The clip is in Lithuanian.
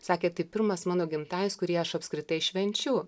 sakė tai pirmas mano gimtadienis kurį aš apskritai švenčiu